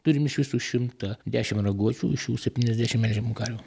turim iš viso šimtą dešim raguočių iš jų septyniasdešim melžiamų karvių